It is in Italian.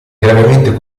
gravemente